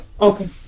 Okay